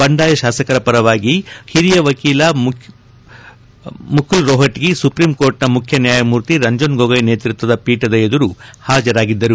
ಬಂಡಾಯ ಶಾಸಕರ ಪರವಾಗಿ ಹಿರಿಯ ವಕೀಲ ಮುಖುಲ್ ರೊಪಟಗಿ ಸುಪ್ರೀಂಕೋರ್ಟ್ನ ಮುಖ್ಯನ್ಯಾಯಮೂರ್ತಿ ರಂಜನ್ ಗೋಗೊಯ್ ಅವರ ನೇತೃತ್ವದ ಪೀಠದ ಎದುರು ಹಾಜರಾಗಿದ್ದರು